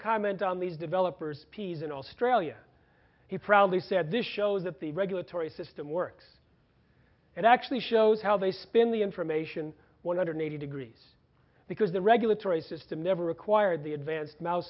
comment on these developers p c s in australia he proudly said this shows that the regulatory system works and actually shows how they spin the information one hundred eighty degrees because the regulatory system never acquired the advanced mouse